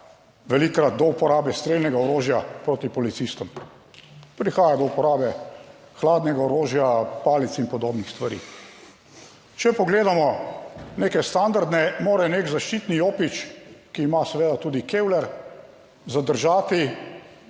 velikokrat do uporabe strelnega orožja proti policistom, prihaja do uporabe hladnega orožja, palic in podobnih stvari. Če pogledamo neke standarde, mora nek zaščitni jopič, ki ima seveda tudi kevler, zadržati